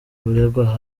uregwa